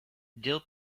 dill